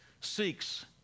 seeks